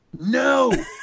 No